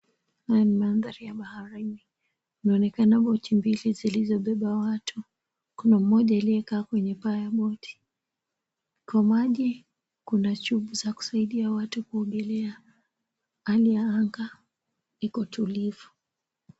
Haya ni manthari ya baharini, inaonekana boti mbili zilizobeba watu, kuna moja iliyekaa kwenye paa la boti, kwa maji kuna tube za kusaidia watu kuogelea, hali ya anga iko tulivu.